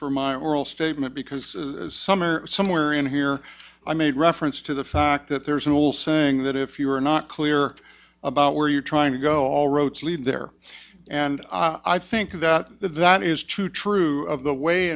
from my oral statement because summer somewhere in here i made reference to the fact that there's an old saying that if you're not clear about where you're trying to go all roads lead there and i think that that is true true of the way